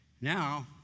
Now